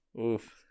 oof